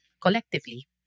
collectively